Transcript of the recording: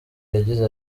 yagize